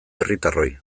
herritarroi